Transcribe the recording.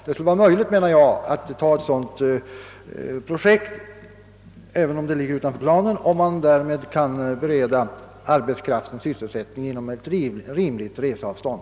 Det borde vara möjligt, menar jag, att sätta i gång ett sådant projekt, även om det ligger utanför planen, om man därigenom kan bereda arbetskraften sysselsättning inom ett rimligt reseavstånd.